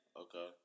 Okay